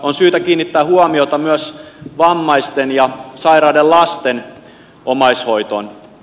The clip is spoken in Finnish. on syytä kiinnittää huomiota myös vammaisten ja sairaiden lasten omaishoitoon